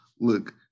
look